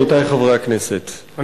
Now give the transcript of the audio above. עמיתי חברי הכנסת,